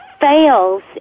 fails